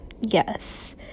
yes